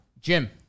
Jim